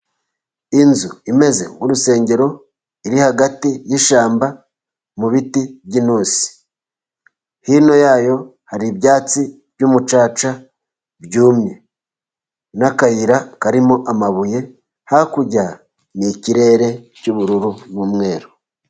Inzu imeze nk'urusengero . Iri hagati y'ishyamba mu biti by'intusi . Hino yayo hari ibyatsi by'umucaca byumye n'akayira karimo amabuye .Hakurya ni ikirere cyubururu n'umweru.